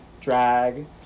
Drag